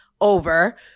over